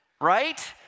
Right